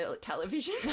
television